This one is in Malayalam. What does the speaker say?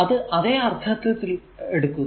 ഇത് അതെ അർത്ഥത്തിൽ എടുക്കുന്നു